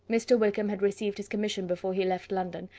mr. wickham had received his commission before he left london,